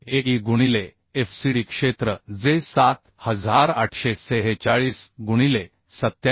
A e गुणिले FCD क्षेत्र जे 7846 गुणिले 87